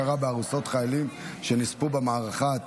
הכרה בארוסות חיילים שנספו במערכה),